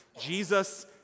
Jesus